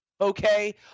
okay